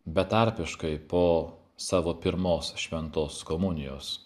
betarpiškai po savo pirmos šventos komunijos